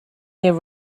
year